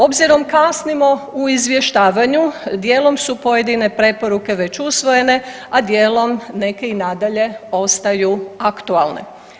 Obzirom kasnim u izvještavanju dijelom su pojedine preporuke već usvojene, a dijelom neke i nadalje ostaju aktualne.